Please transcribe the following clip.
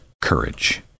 courage